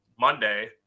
Monday